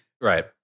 Right